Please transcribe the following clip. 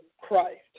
Christ